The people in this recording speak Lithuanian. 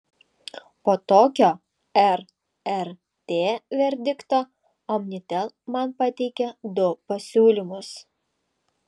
po tokio rrt verdikto omnitel man pateikė du pasiūlymus